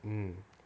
mm